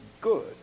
good